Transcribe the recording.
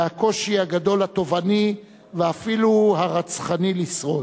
והקושי הגדול התובעני ואפילו הרצחני לשרוד.